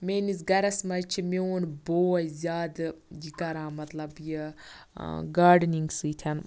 میٲنِس گَھرَس منٛز چھِ میوٗن بوے زیادٕ یہِ کَران مطلب یہِ ٲں گاڈنِنٛگ سۭتۍ